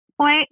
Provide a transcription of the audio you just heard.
point